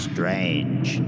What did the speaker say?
Strange